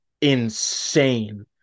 insane